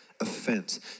Offense